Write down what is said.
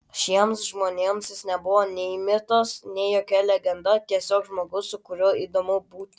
šiems žmonėms jis nebuvo nei mitas nei jokia legenda tiesiog žmogus su kuriuo įdomu būti